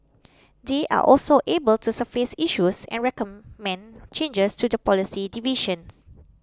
they are also able to surface issues and recommend changes to the policy division